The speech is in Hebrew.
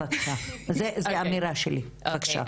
זאת אמירה שלי, בבקשה.